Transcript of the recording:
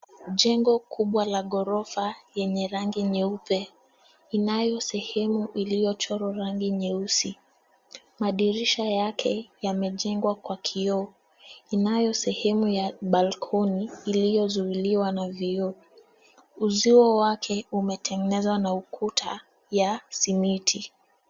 Jengo kubwa la ghorofa yenye rangi nyeupe, inayo sehemu iliyochorwa rangi nyeusi. Madirisha yake yamejengwa kwa kioo, inayo sehemu ya balkoni iliyozuiliwa na vioo. Uzio wake umetengenezwa na ukuta ya simiti.